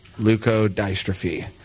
leukodystrophy